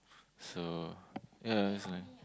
so ya it's fine